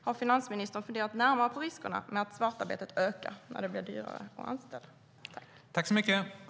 Har finansministern funderat närmare på riskerna att svartarbetet ökar när det blir dyrare att anställa?